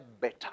better